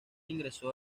ingresó